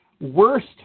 Worst